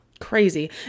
crazy